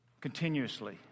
continuously